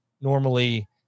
Normally